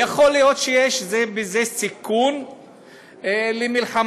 יכול להיות שיש בזה סיכון למלחמה.